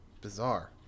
Bizarre